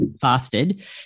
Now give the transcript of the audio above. fasted